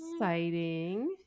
exciting